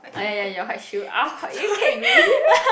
ah ya ya ya you are quite chill you kick me